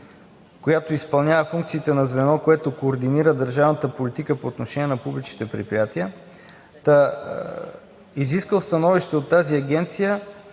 която изпълнява функциите на звено, което координира държавната политика по отношение на публичните предприятия, какво е значението